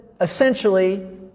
essentially